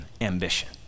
ambition